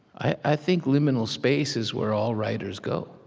i think liminal space is where all writers go.